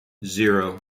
zero